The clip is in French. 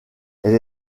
elle